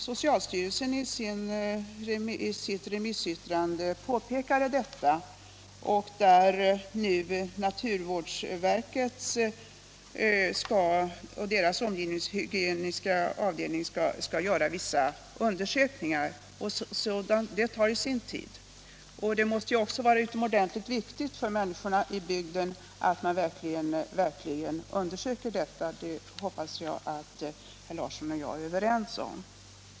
Socialstyrelsen påpekade detta i sitt remissyttrande, och naturvårdsverkets omgivningshygieniska avdelning skall nu göra vissa undersökningar. Detta tar ju sin tid. Det måste ju också vara utomordentligt viktigt för människorna i bygden att man verkligen undersöker dessa saker. Det hoppas jag herr Larsson i Vänersborg och jag är överens om.